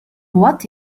what